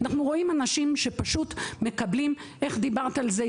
אנחנו רואים אנשים שמקבלים -- איך דיברת על זה,